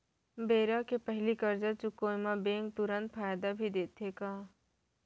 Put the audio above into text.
बेरा के पहिली करजा चुकोय म बैंक तुरंत फायदा भी देथे का?